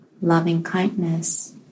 loving-kindness